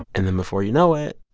and then, before you know it.